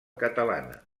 catalana